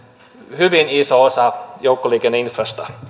hyvin iso osa joukkoliikenneinfrasta